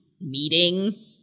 meeting